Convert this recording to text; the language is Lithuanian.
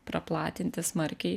praplatinti smarkiai